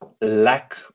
lack